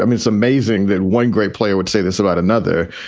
um it's amazing that one great player would say this about another,